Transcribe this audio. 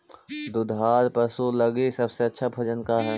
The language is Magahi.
दुधार पशु लगीं सबसे अच्छा भोजन का हई?